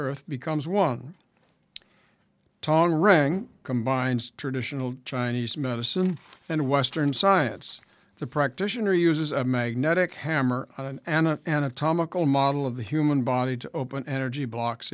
earth becomes one tone ring combines traditional chinese medicine and western science the practitioner uses a magnetic hammer and an anatomical model of the human body to open energy blocks